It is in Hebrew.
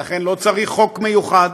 ולכן לא צריך חוק מיוחד,